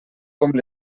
com